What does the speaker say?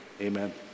amen